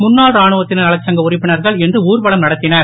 முன்னாள் ராணுவத்தினர் நலச்சங்க உறுப்பினர்கள் இன்று ஊர்வலம் நடத்தினர்